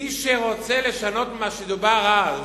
מי שרוצה לשנות ממה שדובר אז,